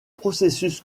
processus